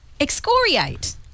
Excoriate